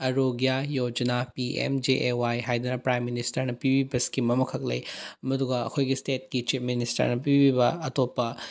Arogya Yojana P M J A Y ꯍꯥꯏꯗꯅ prime ꯃꯤꯅꯤꯁꯇꯔꯅ ꯄꯤꯕꯤꯕ ꯏꯁꯀꯤꯝ ꯑꯃꯈꯛ ꯂꯩ ꯃꯗꯨꯒ ꯑꯩꯈꯣꯏꯒꯤ ꯏꯁꯇꯦꯠꯀꯤ ꯆꯤꯞ ꯃꯤꯅꯤꯁꯇꯔꯅ ꯄꯤꯕꯤꯕ ꯑꯇꯣꯞꯄ